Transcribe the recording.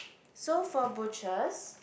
so for butchers